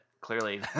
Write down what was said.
clearly